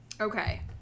Okay